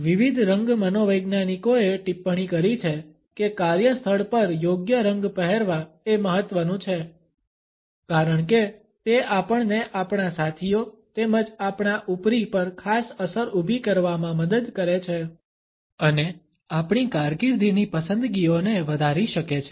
વિવિધ રંગ મનોવૈજ્ઞાનિકોએ ટિપ્પણી કરી છે કે કાર્યસ્થળ પર યોગ્ય રંગ પહેરવા એ મહત્વનું છે કારણ કે તે આપણને આપણા સાથીઓ તેમજ આપણા ઉપરી પર ખાસ અસર ઊભી કરવામાં મદદ કરે છે અને આપણી કારકિર્દીની પસંદગીઓને વધારી શકે છે